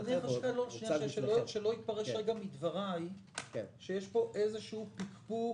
שלא יתפרש מדבריי שיש פה איזשהו פקפוק